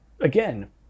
again